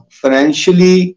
financially